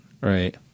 right